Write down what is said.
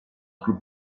club